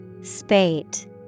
Spate